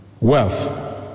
Wealth